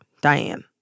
Diane